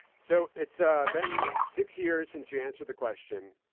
so, it's been six years since you answered the question,